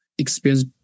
experience